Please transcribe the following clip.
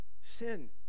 Sin